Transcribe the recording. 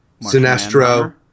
sinestro